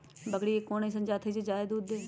बकरी के कोन अइसन जात हई जे जादे दूध दे?